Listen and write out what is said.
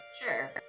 Sure